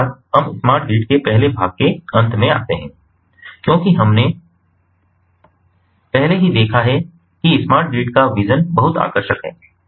इसके साथ हम स्मार्ट ग्रिड के पहले भाग के अंत में आते हैं क्योंकि हमने पहले ही देखा है कि स्मार्ट ग्रिड का विज़न बहुत आकर्षक है